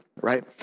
Right